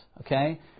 okay